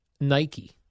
Nike